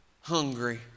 hungry